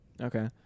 Okay